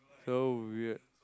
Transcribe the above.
so weird